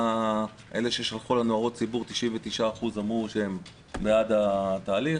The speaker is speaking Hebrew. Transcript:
99% ממי ששלחו לנו הערות ציבור אמרו שהם בעד התהליך,